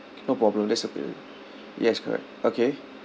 no problem that's okay yes correct okay